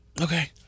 okay